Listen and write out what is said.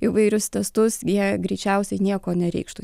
įvairius testus jie greičiausiai nieko nereikštų